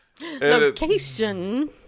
Location